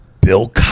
Bill